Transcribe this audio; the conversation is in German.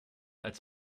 als